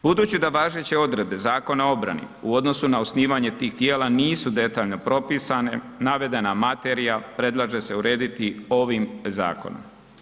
Budući da važeće odredbe Zakona o obrani u odnosu na osnivanje tih tijela nisu detaljno propisane, navedena materija predlaže se urediti ovim zakonom.